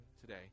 today